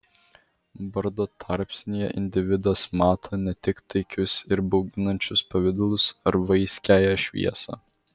bardo tarpsnyje individas mato ne tik taikius ir bauginančius pavidalus ar vaiskiąją šviesą